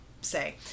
say